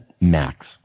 max